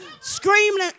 screaming